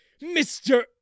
Mr